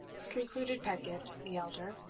concluded pedgift the elder,